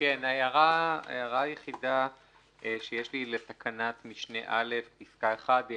ההערה היחידה שיש לי לתקנה משנה (א) פסקה (1) היא